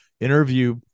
interview